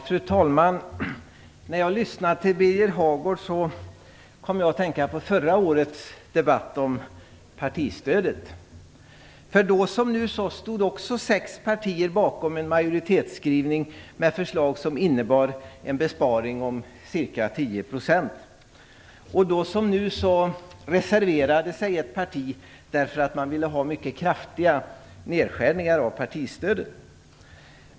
Fru talman! När jag lyssnade till Birger Hagård kom jag att tänka på förra årets debatt om partistödet. Då liksom nu stod sex partier bakom en majoritetsskrivning med förslag som innebar en besparing om ca 10 %. Och då liksom nu reserverade sig ett parti, därför att man ville ha mycket kraftiga nedskärningar i partistödet.